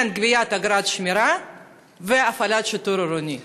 בין גביית אגרת שמירה להפעלת שיטור עירוני?